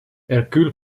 hercule